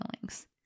feelings